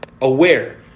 aware